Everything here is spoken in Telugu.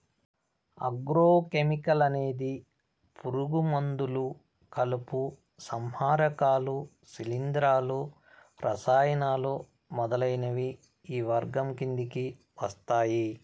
ఆగ్రో కెమికల్ అనేది పురుగు మందులు, కలుపు సంహారకాలు, శిలీంధ్రాలు, రసాయనాలు మొదలైనవి ఈ వర్గం కిందకి వస్తాయి